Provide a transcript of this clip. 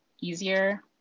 easier